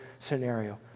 scenario